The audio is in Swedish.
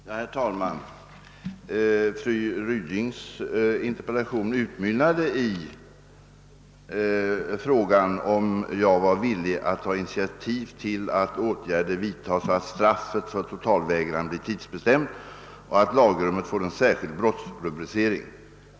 Herr talman! Fru Rydings interpellation utmynnade i frågan om jag var villig att ta initiativ till att åtgärder vidtas så att straffet för totalvägran blir tidsbestämt och så att lagrummet får en särskild brottsrubricering.